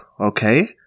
okay